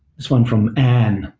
this one from ann.